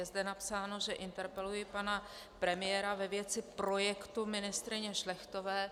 Je zde napsáno, že interpeluji pana premiéra ve věci projektu ministryně Šlechtové.